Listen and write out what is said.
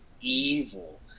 evil